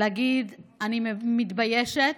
להגיד: אני מתביישת,